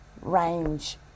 range